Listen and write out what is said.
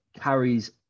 carries